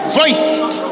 voiced